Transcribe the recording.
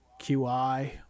QI